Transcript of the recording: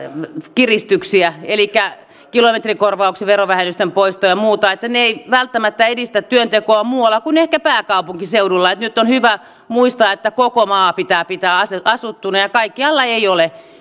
kiristyksiä elikkä kilometrikorvauksen verovähennysten poistoa ja muuta ne eivät välttämättä edistä työntekoa muualla kuin ehkä pääkaupunkiseudulla nyt on hyvä muistaa että koko maa pitää pitää asuttuna ja kaikkialla ei ole